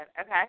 Okay